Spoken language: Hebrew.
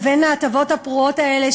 בינן לבין ההטבות הפרועות האלה,